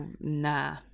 nah